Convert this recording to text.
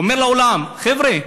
הוא אומר לעולם: חבר'ה,